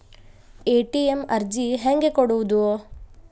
ATM ಅರ್ಜಿ ಹೆಂಗೆ ಕೊಡುವುದು?